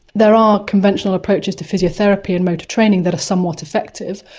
there are conventional approaches to physiotherapy and motor training that are somewhat effective.